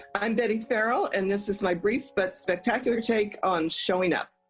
i'm betty ferrell, and this is my brief but spectacular take on showing up.